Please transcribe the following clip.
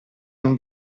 non